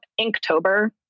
Inktober